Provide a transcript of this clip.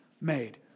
made